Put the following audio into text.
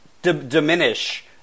diminish